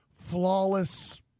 flawless